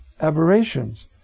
aberrations